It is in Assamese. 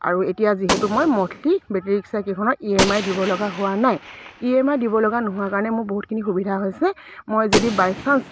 আৰু এতিয়া যিহেতু মই মন্থলি বেটেৰী ৰিক্সাকেইখনত ই এম আই দিব লগা হোৱা নাই ই এম আই দিব লগা নোহোৱাৰ কাৰণে মোৰ বহুতখিনি সুবিধা হৈছে মই যদি বাইচাঞ্চ